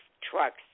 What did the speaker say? trucks